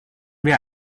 wir